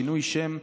שינוי שם,